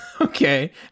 okay